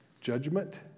judgment